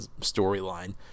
storyline